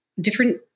different